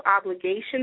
obligations